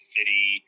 City